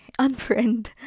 unfriend